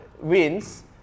wins